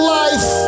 life